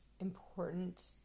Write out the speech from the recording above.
important